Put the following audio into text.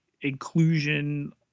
inclusion